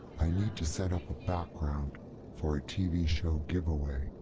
i need to set up a background for a tv show giveaway,